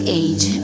age